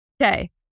Okay